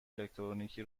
الکترونیکی